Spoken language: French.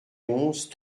onze